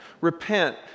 Repent